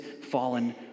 fallen